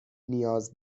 نیاز